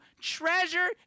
treasure